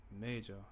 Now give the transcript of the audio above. Major